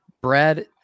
Brad